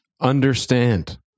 understand